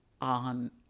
on